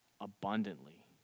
abundantly